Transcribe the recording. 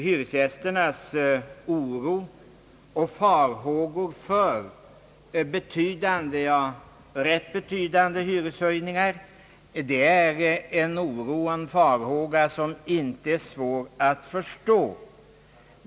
Hyresgästernas oro och farhågor för rätt betydande hyreshöjningar är det inte svårt att förstå.